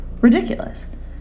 ridiculous